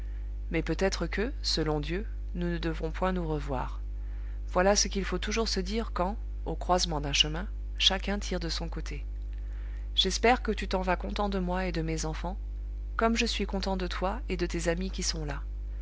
mais peut-être que selon dieu nous ne devons point nous revoir voilà ce qu'il faut toujours se dire quand au croisement d'un chemin chacun tire de son côté j'espère que tu t'en vas content de moi et de mes enfants comme je suis content de toi et de tes amis qui sont là